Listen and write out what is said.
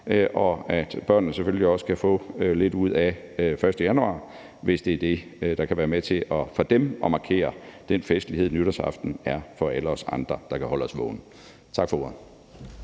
og at børnene selvfølgelig også kan få lidt ud af det den 1. januar, hvis det er det, der for dem kan være med til at markere den festlighed, som nytårsaften er for alle os andre, der kan holde os vågne. Tak for ordet.